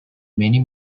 many